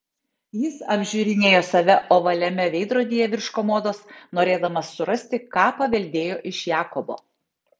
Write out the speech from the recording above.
jis apžiūrinėjo save ovaliame veidrodyje virš komodos norėdamas surasti ką paveldėjo iš jakobo